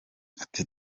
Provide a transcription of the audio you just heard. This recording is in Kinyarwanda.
ati